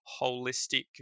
holistic